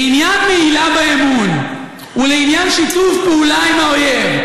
לעניין מעילה באמון ולעניין שיתוף פעולה עם האויב,